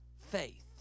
faith